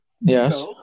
Yes